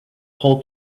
whole